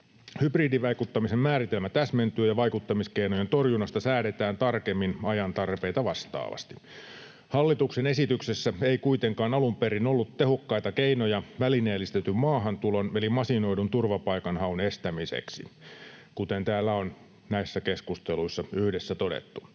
Hybridivaikuttamisen määritelmä täsmentyy, ja vaikuttamiskeinojen torjunnasta säädetään tarkemmin ajan tarpeita vastaavasti. Hallituksen esityksessä ei kuitenkaan alun perin ollut tehokkaita keinoja välineellistetyn maahantulon eli masinoidun turvapaikanhaun estämiseksi, kuten täällä on näissä keskusteluissa yhdessä todettu.